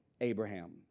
abraham